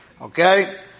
Okay